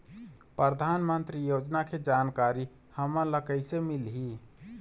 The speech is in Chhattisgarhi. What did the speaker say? परधानमंतरी योजना के जानकारी हमन ल कइसे मिलही?